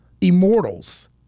immortals